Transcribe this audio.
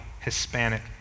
Hispanic